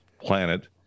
planet